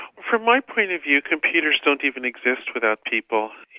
from my point of view, computers don't even exist without people.